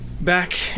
Back